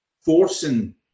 forcing